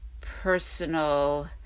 personal